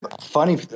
Funny